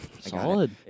solid